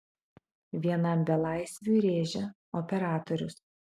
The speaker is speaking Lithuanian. vienam belaisviui rėžia operatorius